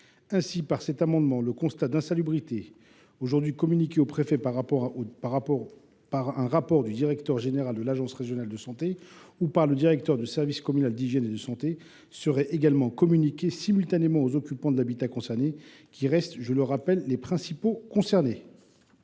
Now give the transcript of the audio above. les protéger. Ainsi, le constat d’insalubrité, aujourd’hui communiqué au préfet par un rapport du directeur général de l’agence régionale de santé ou par le directeur du service communal d’hygiène et de santé, serait également communiqué simultanément aux occupants de l’habitat concerné, qui restent, je le rappelle, les principaux intéressés.